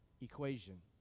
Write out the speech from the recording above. equation